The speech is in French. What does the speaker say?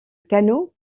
canot